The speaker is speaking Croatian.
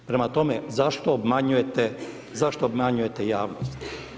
Prema tome, zašto obmanjujete javnost?